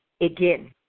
again